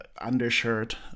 undershirt